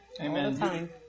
Amen